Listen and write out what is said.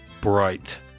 bright